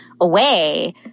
away